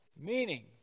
Meaning